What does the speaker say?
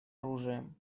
оружием